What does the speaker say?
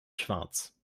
schwarz